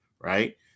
right